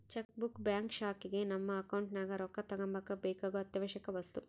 check book bank ಶಾಖೆಗ ನಮ್ಮ account ನಗ ರೊಕ್ಕ ತಗಂಬಕ ಬೇಕಾಗೊ ಅತ್ಯಾವಶ್ಯವಕ ವಸ್ತು